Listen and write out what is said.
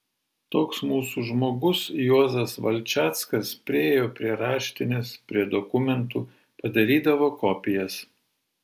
toks mūsų žmogus juozas valčackas priėjo prie raštinės prie dokumentų padarydavo kopijas